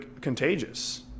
contagious